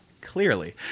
clearly